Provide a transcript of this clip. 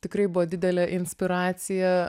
tikrai buvo didelė inspiracija